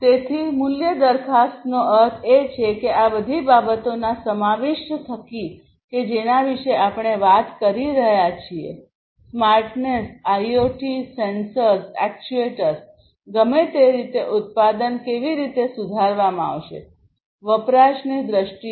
તેથી મૂલ્ય દરખાસ્તનો અર્થ એ છે કે આ બધી બાબતોના સમાવિષ્ટ થકી કે જેના વિશે આપણે વાત કરી રહ્યા છીએસ્માર્ટનેસ આઇઓટી સેન્સર્સ એક્ટ્યુએટર્સ ગમે તે રીતે ઉત્પાદન કેવી રીતે સુધારવામાં આવશેવપરાશની દ્રષ્ટિએ